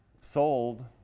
sold